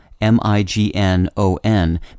m-i-g-n-o-n